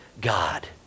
God